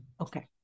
Okay